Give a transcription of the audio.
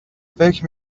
فکر